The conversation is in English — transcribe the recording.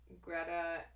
Greta